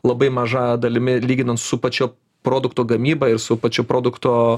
labai maža dalimi lyginant su pačia produkto gamyba ir su pačiu produkto